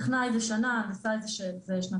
טכנאי זה שנה, הנדסאי זה שנתיים.